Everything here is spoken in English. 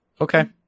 Okay